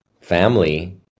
family